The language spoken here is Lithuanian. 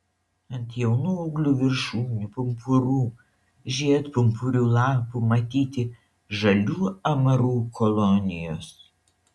ant jaunų ūglių viršūnių pumpurų žiedpumpurių lapų matyti žalių amarų kolonijos